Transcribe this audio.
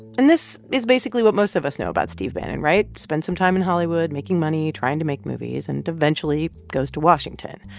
and this is basically what most of us know about steve bannon, right spent some time in hollywood making money, trying to make movies and eventually goes to washington.